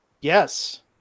yes